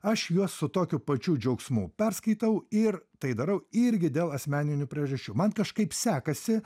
aš juos su tokiu pačiu džiaugsmu perskaitau ir tai darau irgi dėl asmeninių priežasčių man kažkaip sekasi